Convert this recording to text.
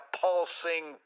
pulsing